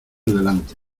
delante